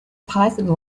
python